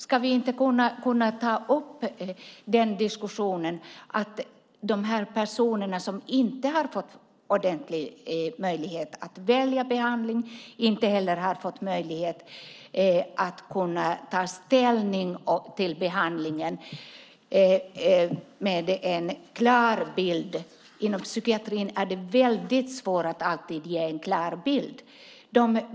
Ska vi inte kunna ta upp diskussionen att de personer som inte har fått ordentlig möjlighet att välja behandling inte heller har fått möjlighet att ta ställning till behandlingen med en klar bild? Inom psykiatrin är det väldigt svårt att alltid ge en klar bild.